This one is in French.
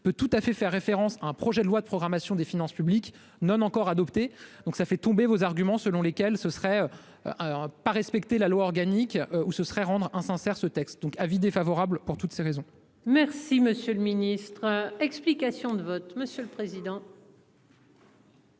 peut tout à fait faire référence, un projet de loi de programmation des finances publiques non encore adoptés donc ça fait tomber vos arguments selon lesquels ce serait. Un pas respecter la loi organique ou ce serait rendre un ce texte donc avis défavorable pour toutes ces raisons. Merci monsieur le ministre. Explications de vote, monsieur le président.